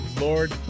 Lord